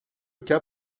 cas